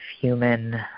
human